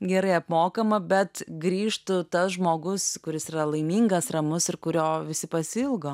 gerai apmokamą bet grįžtų tas žmogus kuris yra laimingas ramus ir kurio visi pasiilgo